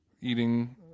eating